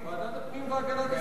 ועדת הפנים והגנת הסביבה.